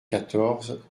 quatorze